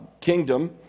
kingdom